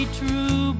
true